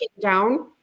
down